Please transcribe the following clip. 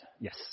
Yes